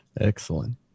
Excellent